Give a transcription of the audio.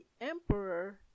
emperor